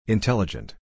Intelligent